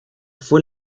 fue